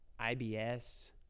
IBS